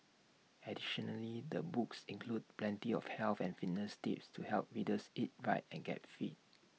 additionally the books includes plenty of health and fitness tips to help readers eat right and get fit